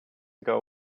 ago